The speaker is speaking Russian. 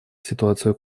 ситуацию